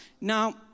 Now